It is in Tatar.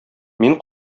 мин